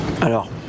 Alors